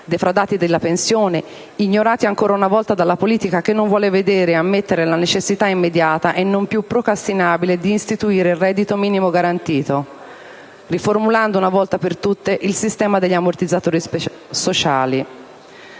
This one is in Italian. defraudati della pensione, ignorati ancora una volta dalla politica, che non vuole vedere e ammettere la necessità immediata e non più procrastinabile di istituire il reddito minimo garantito, riformulando una volta per tutte il sistema degli ammortizzatori sociali.